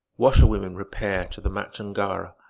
washerwomen repair to the machangara,